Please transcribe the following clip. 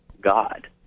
God